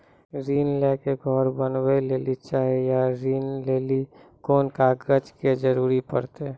ऋण ले के घर बनावे लेली चाहे या ऋण लेली कोन कागज के जरूरी परतै?